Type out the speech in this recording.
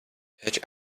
hedge